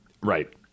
Right